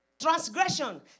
Transgression